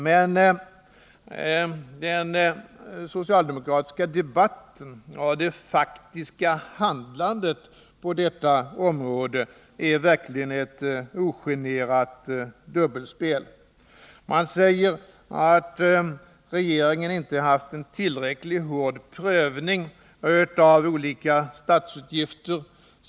Men den socialdemokratiska debatten och det faktiska handlandet på detta område är verkligen ett ogenerat dubbelspel. Man säger att regeringen inte gjort en tillräckligt hård prövning av olika statsutgifter.